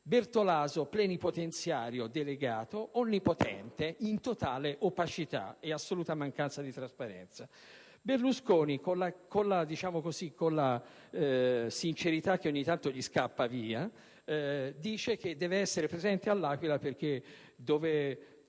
Bertolaso è plenipotenziario delegato, onnipotente ed in totale opacità ed assoluta mancanza di trasparenza. Berlusconi, con la sincerità che ogni tanto gli scappa via, dice che deve essere presente a L'Aquila perché dove